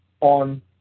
on